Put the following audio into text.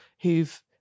who've